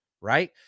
right